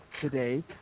today